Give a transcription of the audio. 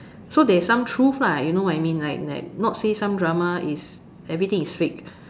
so there is some truth lah you know what I mean like like not say some drama is everything is fake